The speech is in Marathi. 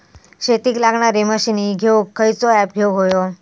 शेतीक लागणारे मशीनी घेवक खयचो ऍप घेवक होयो?